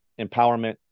empowerment